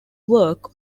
work